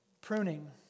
pruning